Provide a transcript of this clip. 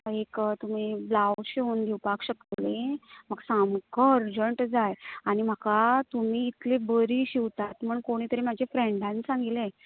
एक ब्लाव्ज शिवन दिवपाक शकतलीं सामको अरजंट जाय आनी म्हाका तुमी इतलीं बरीं शिंवतात म्हण कोणीं तरी म्हजा फ्रेंडांन सांगिल्लें